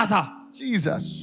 Jesus